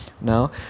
Now